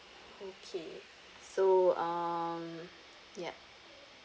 okay so um yup